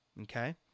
Okay